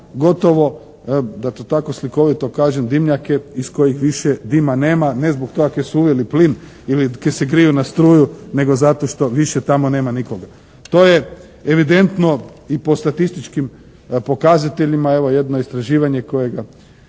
gotovo da to tako slikovito kažem dimnjake iz kojih više dima nema ne zbog toga kaj su uveli plin ili kaj se griju na struju, nego zato što više tamo nema nikoga. To je evidentno i po statističkim pokazateljima. Evo jedno istraživanje koje